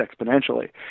exponentially